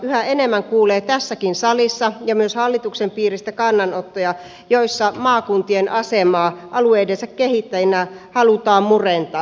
yhä enemmän kuulee tässäkin salissa ja myös hallituksen piiristä kannanottoja joissa maakuntien asemaa alueidensa kehittäjinä halutaan murentaa